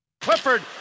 Clifford